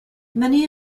many